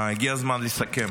הגיע הזמן לסכם.